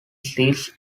seats